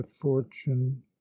fortune